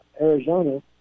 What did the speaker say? Arizona